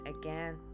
again